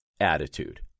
attitude